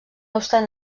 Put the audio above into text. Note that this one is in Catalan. obstant